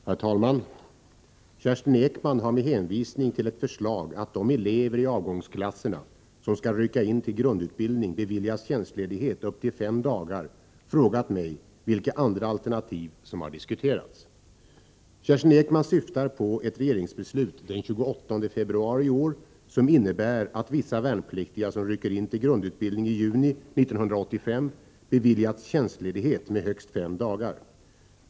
Herr talman! Kerstin Ekman har, med hänvisning till ett förslag att de elever i avgångsklasserna som skall rycka in till grundutbildning beviljas tjänstledighet upp till fem dagar, frågat mig vilka andra alternativ som har diskuterats. Kerstin Ekman syftar på ett regeringsbeslut den 28 februari i år som innebär att vissa värnpliktiga som rycker in till grundutbildning i juni 1985 beviljats tjänstledighet med högst fem dagar.